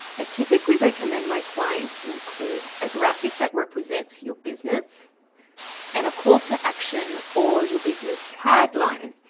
i typically recommend my clients include a graphic that represents your business and a call to action or your business tagline,